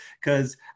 because-